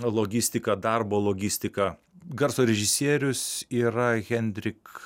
logistika darbo logistika garso režisierius yra henrik